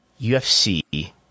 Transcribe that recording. UFC